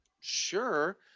sure